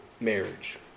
marriage